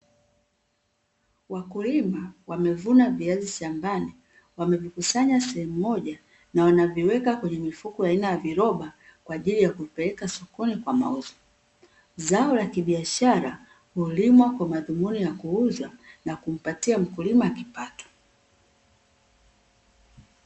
Wakulima wamevuna viazi shambani wamevikusanya sehemu moja na wanaviweka kwenye mifuko ya aina ya viroba kwaajili ya kuvipeleka sokoni kwa mauzo. Zao la kibiashara hulimwa kwa madhumuni na kuuzwa na kumpatia mkulima kipato.